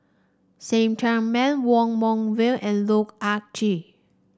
Cheng Tsang Man Wong Meng Voon and Loh Ah Chee